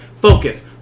focus